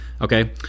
Okay